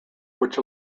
which